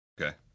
Okay